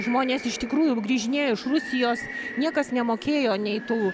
žmonės iš tikrųjų grįžinėjo iš rusijos niekas nemokėjo nei tų